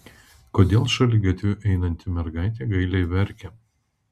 kodėl šaligatviu einanti mergaitė gailiai verkia